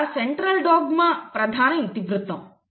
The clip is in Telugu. ఇక్కడ సెంట్రల్ డాగ్మా ప్రధాన ఇతివృత్తం